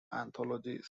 anthologies